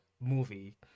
movie